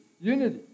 unity